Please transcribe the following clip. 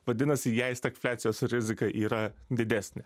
vadinasi jai stagfliacijos rizika yra didesnė